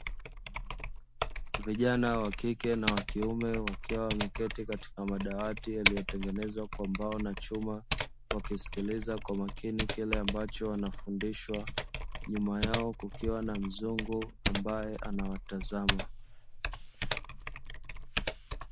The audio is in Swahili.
Vijana wakike na wakiume wakiwa wameketi katika madawati yaliyotengenezwa kwa mbao na chuma, wakisikiliza kwa makini kile ambacho wanafundishwa, nyuma yao kukiwa na mzungu ambaye anawatazama.